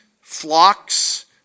flocks